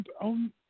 own